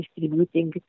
distributing